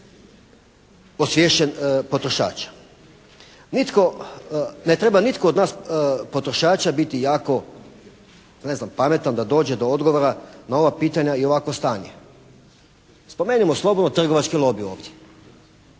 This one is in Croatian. osvješćen potrošač. Ne treba nitko od nas potrošača biti jako pametan da dođe do odgovora na ova pitanja i ovakvo stanje. Spomenimo slobodno trgovački lobij ovdje.